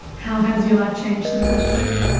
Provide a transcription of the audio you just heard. how has your life changed since the surgery?